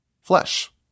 flesh